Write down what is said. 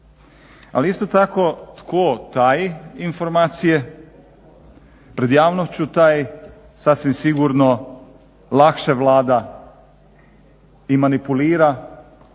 Ali, isto tako tko taji informacije pred javnošću taj sasvim sigurno lakše vlada i manipulira,